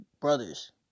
brothers